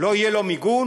לא יהיה מיגון,